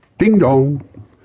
Ding-dong